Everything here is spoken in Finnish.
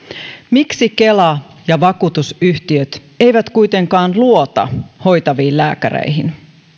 miksi kela ja vakuutusyhtiöt eivät kuitenkaan luota hoitaviin lääkäreihin